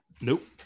nope